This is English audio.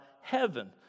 heaven